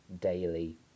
daily